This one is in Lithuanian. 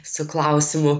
su klausimu